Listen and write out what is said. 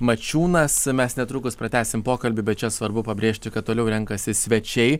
mačiūnas mes netrukus pratęsim pokalbį bet čia svarbu pabrėžti kad toliau renkasi svečiai